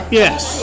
Yes